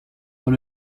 dans